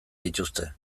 dituzte